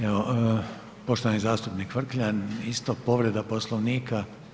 Evo, poštovani zastupnik Vrkljan isto povreda Poslovnika.